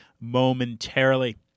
momentarily